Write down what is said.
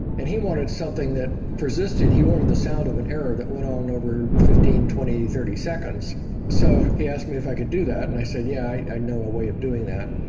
and he wanted something that persisted. he wanted something the sound of an arrow that went on over fifteen, twenty, thirty seconds so he asked me if i could do that and i said, yeah, i i know a way of doing that.